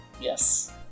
Yes